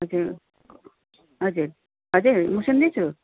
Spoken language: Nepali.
हजुर हजुर हजुर म सुन्दैछु